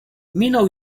minął